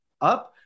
up